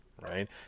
right